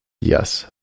Yes